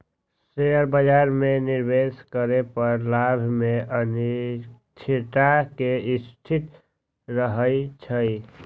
share बाजार में निवेश करे पर लाभ में अनिश्चितता के स्थिति रहइ छइ